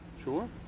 Sure